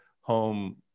home